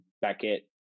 Beckett